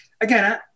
again